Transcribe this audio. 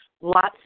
Lots